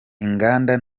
inganda